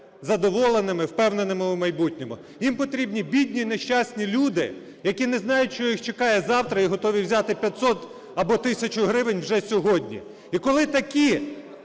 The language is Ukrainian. задоволеними, впевненими у майбутньому. Їм потрібні бідні і нещасні люди, які не знають, що їх чекає завтра, і готові взяти п'ятсот або тисячу гривень вже сьогодні. І коли такі